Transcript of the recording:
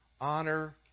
Honor